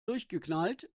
durchgeknallt